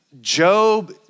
Job